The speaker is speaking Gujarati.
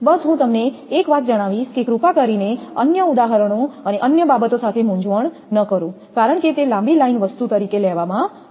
બસ હું તમને એક વાત જણાવીશ કે કૃપા કરીને અન્ય ઉદાહરણો અને અન્ય બાબતો સાથે મૂંઝવણ ન કરો કારણ કે તે લાંબી લાઇન વસ્તુ તરીકે લેવામાં આવી છે